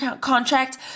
contract